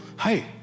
hey